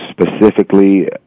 specifically